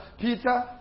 Peter